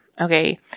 Okay